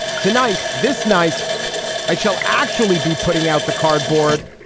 tonight. this night i shall actually be putting out the cardboard.